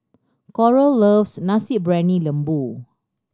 Coral loves Nasi Briyani Lembu